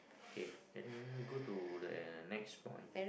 okay then go to the next point